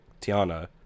tiana